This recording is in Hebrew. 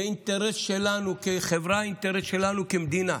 זה אינטרס שלנו כחברה, אינטרס שלנו כמדינה.